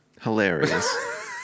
Hilarious